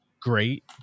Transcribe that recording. great